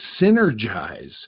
synergize